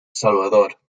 salvador